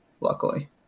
luckily